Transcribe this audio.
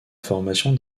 formation